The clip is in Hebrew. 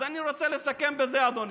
אז אני רוצה לסכם, אדוני,